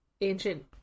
ancient